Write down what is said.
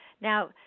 Now